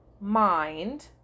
mind